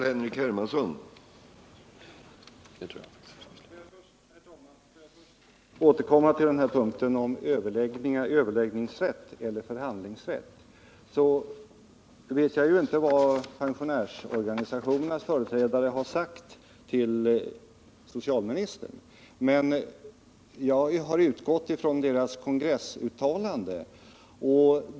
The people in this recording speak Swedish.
Herr talman! Får jag först återkomma till den här punkten om överläggningsrätt eller förhandlingsrätt. Jag vet ju inte vad pensionärsorganisationernas företrädare har sagt till socialministern, men jag har utgått från deras kongressuttalande.